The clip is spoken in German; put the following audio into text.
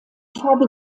farbe